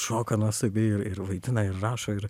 šoka nuostabiai ir ir vaidina ir rašo ir